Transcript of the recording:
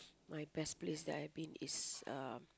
my best place that I've been is uh